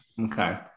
okay